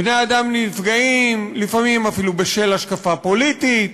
בני-אדם נפגעים לפעמים אפילו בשל השקפה פוליטית,